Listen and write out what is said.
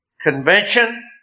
Convention